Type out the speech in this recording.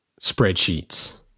spreadsheets